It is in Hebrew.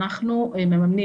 אנחנו מממנים